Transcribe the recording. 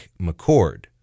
McCord